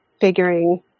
figuring